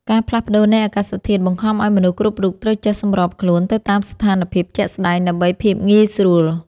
ការផ្លាស់ប្តូរនៃអាកាសធាតុបង្ខំឱ្យមនុស្សគ្រប់រូបត្រូវចេះសម្របខ្លួនទៅតាមស្ថានភាពជាក់ស្តែងដើម្បីភាពងាយស្រួល។